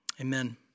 Amen